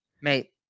Mate